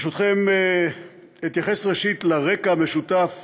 ברשותכם, אתייחס ראשית לרקע המשותף